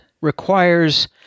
requires